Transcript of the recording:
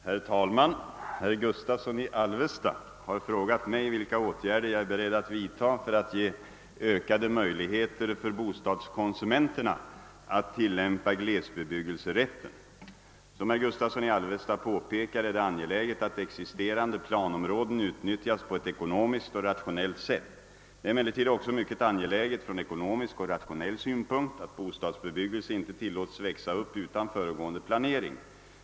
Herr talman! Herr Gustavsson i Alvesta har frågat mig, vilka åtgärder jag är beredd att vidta för att ge ökade möjligheter för bostadskonsumenterna att tillämpa glesbebyggelserätten. Som herr Gustavsson i Alvesta påpekar är det angeläget att existerande planområden utnyttjas på ett ekonomiskt och rationellt sätt. Det är emellertid också mycket angeläget från ekonomisk och rationell synpunkt att bostadsbebyggelse inte tillåts växa upp utan föregående planering.